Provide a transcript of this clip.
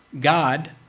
God